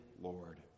Lord